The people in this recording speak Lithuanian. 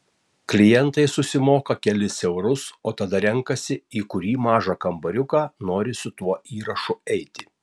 klientai susimoka kelis eurus o tada renkasi į kurį mažą kambariuką nori su tuo įrašu eiti